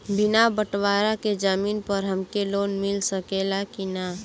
बिना बटवारा के जमीन पर हमके लोन मिल सकेला की ना?